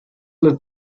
led